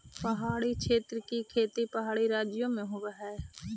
पहाड़ी क्षेत्र की खेती पहाड़ी राज्यों में होवअ हई